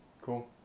Cool